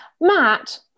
Matt